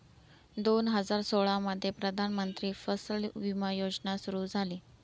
दोन हजार सोळामध्ये प्रधानमंत्री फसल विमा योजना सुरू झाली